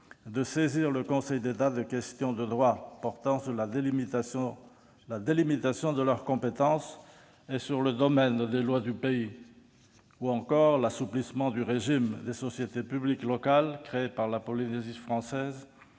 de saisir le Conseil d'État de questions de droit portant sur la délimitation de leurs compétences et sur le domaine des lois du pays, ou encore l'assouplissement du régime des sociétés publiques locales créées par la Polynésie française,